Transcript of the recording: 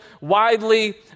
widely